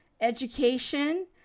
education